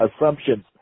assumptions